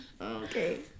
okay